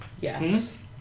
Yes